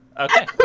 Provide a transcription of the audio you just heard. Okay